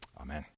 amen